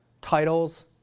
titles